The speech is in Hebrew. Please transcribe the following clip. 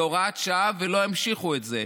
זו הוראת שעה, ולא ימשיכו את זה.